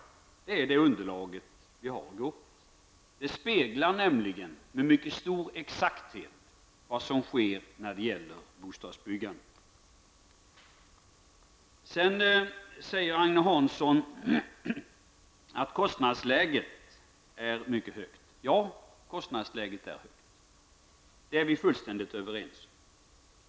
Det är det underlag vi har att gå efter. Det speglar nämligen med mycket stor exakthet vad som sker när det gäller bostadsbyggandet. Sedan säger Agne Hansson att kostnadsläget är mycket högt. Ja, kostnadsläget är högt. Det är vi fullständigt överens om.